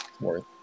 Worth